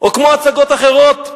או כמו הצגות אחרות.